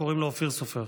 קוראים לו אופיר סופר.